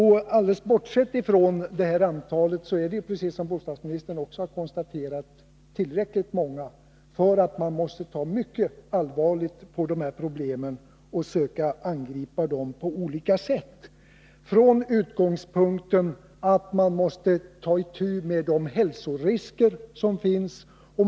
Helt bortsett från detta antal är, som bostadsministern också har konstaterat, omfattningen tillräcklig för att man måste ta mycket allvarligt på dessa problem och söka angripa dem på olika sätt, från utgångspunkten att man måste ta itu med de hälsorisker som finns.